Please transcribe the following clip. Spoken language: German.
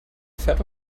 fährt